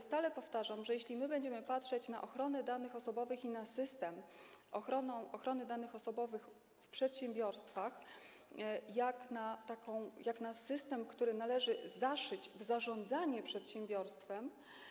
Stale powtarzam, że jeśli będziemy patrzeć na ochronę danych osobowych i na system ochrony danych osobowych w przedsiębiorstwach jak na system, który należy zaszyć w zarządzanie przedsiębiorstwem.